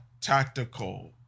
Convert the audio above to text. tactical